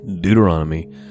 Deuteronomy